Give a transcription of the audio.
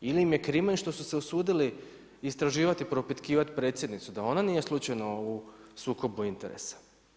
Ili im je krimen što su se usudili istraživati, propitkivati predsjednicu, da ona nije slučajno u sukobu interesa?